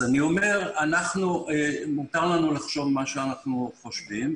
אני אומר שמותר לנו לחשוב מה שאנחנו חושבים,